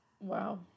Wow